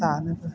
जानोबो